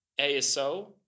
aso